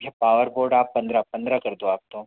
power board आप पंद्रह पंद्रह कर दो आप तो